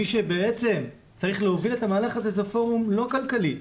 מי שבעצם צריך להוביל את המהלך הזה זה הפורום לא כלכלי,